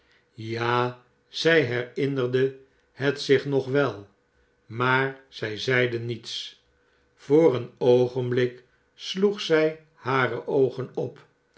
ja zij herinnerde het zich nog wel maar zij zeide niets voor een oogenblik sloeg zij hare oogen op